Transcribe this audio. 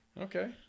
Okay